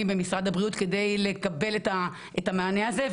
במשרד הבריאות כדי לקבל את המענה הזה.